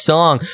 Song